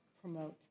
promote